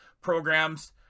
programs